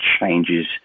changes